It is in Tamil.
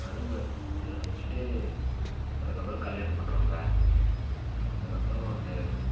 நலுங்கு வச்சி தே வச்சிட்டு அதுக்கப்புறம் கல்யாணம் பண்ணுவாங்கள் அதுக்கப்புறம் அந்த